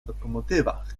lokomotywach